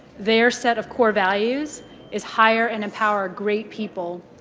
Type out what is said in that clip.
their set of core values is hire and empower great people.